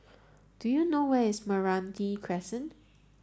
do you know where is Meranti Crescent